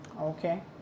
Okay